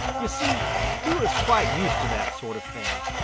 you see he was quite used to that sort of thing.